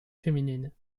féminine